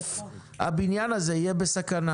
שתיכף הבניין הזה יהיה בסכנה.